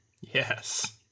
yes